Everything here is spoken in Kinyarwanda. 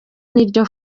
niryo